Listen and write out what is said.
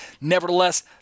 Nevertheless